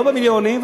לא במיליונים,